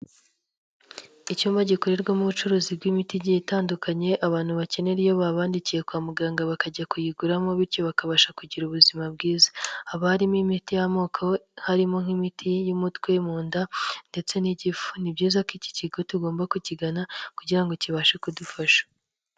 Icyumba gikorerwamo ubucuruzi bw'imiti igiye itandukanye, abantu bakenera iyo babandikiye kwa muganga bakajya kuyiguramo bityo bakabasha kugira ubuzima bwiza. Haba harimo imiti y'amoko harimo nk'imiti y'umutwe, mu nda ndetse n'igifu. Ni byiza ko iki kigo tugomba kukigana kugira ngo kibashe kudufasha.